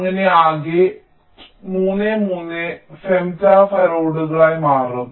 അങ്ങനെ ആകെ 3 3 ഫെംറ്റോഫാരഡുകളായി മാറും